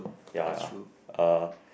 ya ya uh